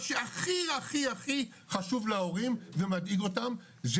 מה שהכי הכי חשוב להורים ומדאיג אותם זה